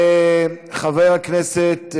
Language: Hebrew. חבר הכנסת,